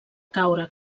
caure